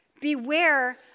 Beware